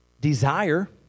desire